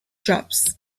drops